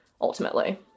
ultimately